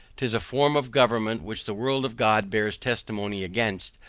tis a form of government which the word of god bears testimony against,